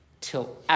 till